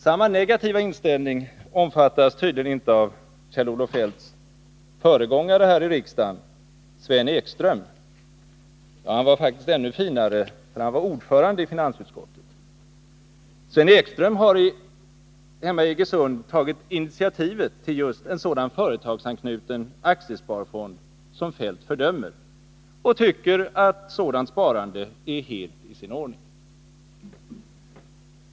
Samma negativa inställning omfattas uppenbarligen inte av Kjell-Olof Feldts föregångare här i riksdagen, Sven Ekström — ja, han var faktiskt ännu finare, för han var ordförande i finansutskottet. Sven Ekström har hemma i Iggesund tagit initiativet till just en sådan företagsanknuten aktiesparfond som Kjell-Olof Feldt fördömer, och han tycker att ett sådant sparande är helt i sin ordning.